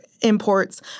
imports